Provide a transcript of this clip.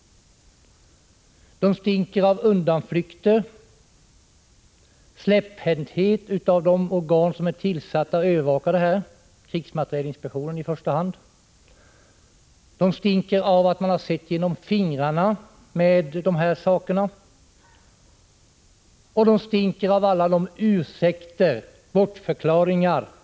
De stinker av undanflykter och släpphänthet av de organ som är tillsatta att övervaka krigsmaterielexporten — i första hand krigsmaterielinspektionen. De stinker på grund av att man sett genom fingrarna med brotten, och de stinker av alla ursäkter, bortförklaringar och Prot.